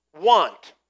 want